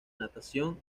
natación